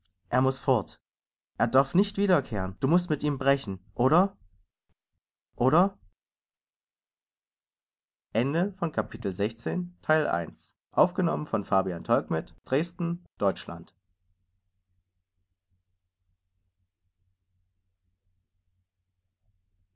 er muß fort er darf nicht wiederkehren du mußt mit ihm brechen oder oder